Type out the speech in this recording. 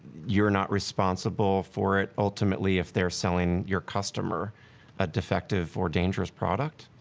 you're not responsible for it ultimately, if they're selling your customer a defective or dangerous product?